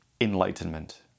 enlightenment